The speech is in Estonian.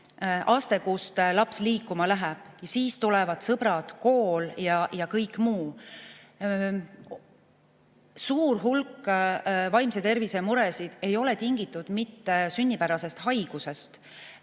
aste, kust laps liikuma läheb. Seejärel tulevad sõbrad, kool ja kõik muu. Suur hulk vaimse tervise muresid ei ole tingitud mitte sünnipärasest haigusest,